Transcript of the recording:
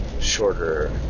shorter